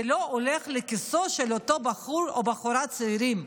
זה לא הולך לכיסם של אותו בחור או בחורה צעירים.